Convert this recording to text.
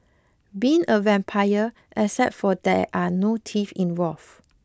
being a vampire except for that there are no teeth involved